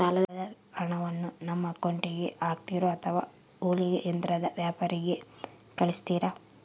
ಸಾಲದ ಹಣವನ್ನು ನಮ್ಮ ಅಕೌಂಟಿಗೆ ಹಾಕ್ತಿರೋ ಅಥವಾ ಹೊಲಿಗೆ ಯಂತ್ರದ ವ್ಯಾಪಾರಿಗೆ ಕಳಿಸ್ತಿರಾ?